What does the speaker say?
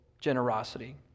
generosity